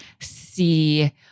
See